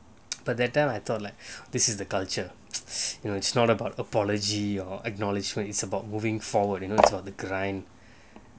but that time I thought like this is the culture you know it's not about apology or acknowledgment it's about moving forward you know about the grind